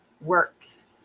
works